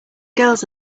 girls